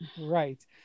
Right